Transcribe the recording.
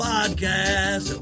Podcast